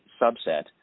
subset